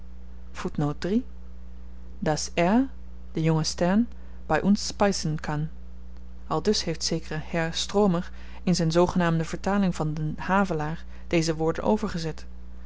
das a de jonge stern bei uns speisen kann aldus heeft zekere herr stromer in z'n zoogenaamde vertaling van den havelaar deze woorden overgezet